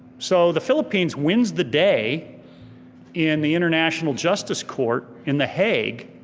so the philippines wins the day in the international justice court in the hague.